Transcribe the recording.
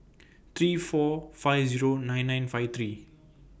three four five Zero nine nine five three